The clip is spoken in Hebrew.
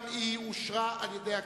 גם היא אושרה על-ידי הכנסת.